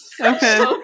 Okay